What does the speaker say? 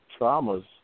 traumas